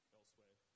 elsewhere